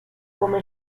come